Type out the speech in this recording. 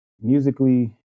musically